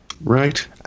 Right